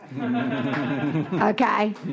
Okay